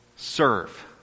Serve